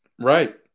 Right